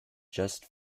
just